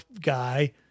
guy